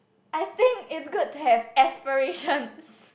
I think it's good to have aspirations